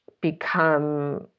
become